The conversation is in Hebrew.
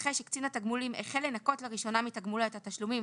נכה שקצין התגמולים החל לנכות לראשונה מתגמוליו את התשלומים